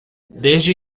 desde